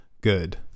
good